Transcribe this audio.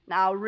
Now